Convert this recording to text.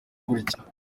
gutya